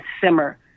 simmer